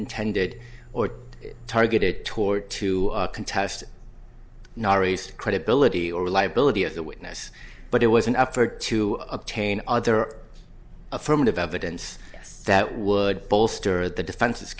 intended or targeted toward to contest no raised credibility or reliability of the witness but it was an effort to obtain other affirmative evidence yes that would bolster the defense